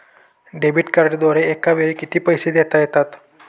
Debit कार्डद्वारे एकावेळी किती पैसे देता येतात?